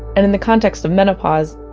and in the context of menopause,